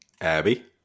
Abby